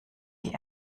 die